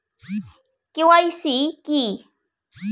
KYC কী?